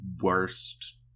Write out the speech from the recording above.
worst